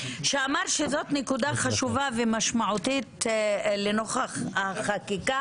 שאמר שזאת נקודה חשובה ומשמעותית לנוכח החקיקה